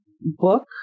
book